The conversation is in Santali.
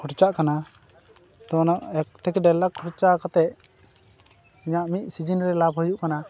ᱠᱷᱚᱨᱪᱟᱜ ᱠᱟᱱᱟ ᱛᱚ ᱚᱱᱟ ᱮᱠ ᱛᱷᱮᱠᱮ ᱰᱮᱲ ᱞᱟᱠᱷ ᱠᱷᱚᱨᱪᱟ ᱠᱟᱛᱮ ᱤᱧᱟᱹᱜ ᱢᱤᱫ ᱥᱤᱡᱤᱱ ᱨᱮ ᱞᱟᱵᱷ ᱦᱩᱭᱩᱜ ᱠᱟᱱᱟ